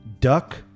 Duck